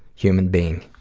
human being.